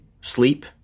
sleep